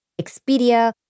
Expedia